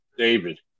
David